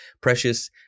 precious